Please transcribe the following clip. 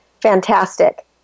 fantastic